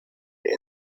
der